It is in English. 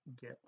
get